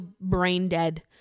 brain-dead